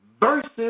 versus